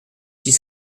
six